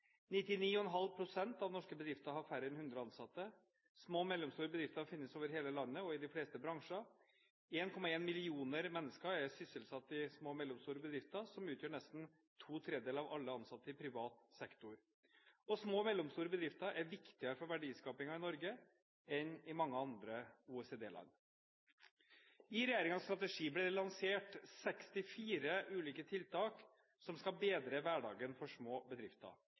99,5 pst. av norske bedrifter har færre enn 100 ansatte. Små og mellomstore bedrifter finnes over hele landet og i de fleste bransjer. 1,1 millioner mennesker er sysselsatt i små og mellomstore bedrifter, som utgjør nesten to tredjedeler av alle ansatte i privat sektor. Små og mellomstore bedrifter er viktigere for verdiskapingen i Norge enn i mange andre OECD-land. I regjeringens strategi ble det lansert 64 ulike tiltak som skal bedre hverdagen for små bedrifter.